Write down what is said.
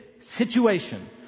situation